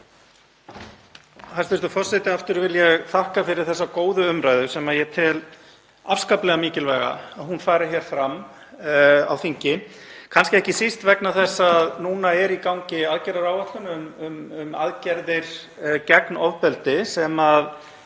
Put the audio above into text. Hæstv. forseti. Aftur vil ég þakka fyrir þessa góðu umræðu sem ég tel afskaplega mikilvægt að fari fram á þingi, kannski ekki síst vegna þess að núna er í gangi aðgerðaáætlun um aðgerðir gegn ofbeldi sem